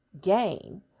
gain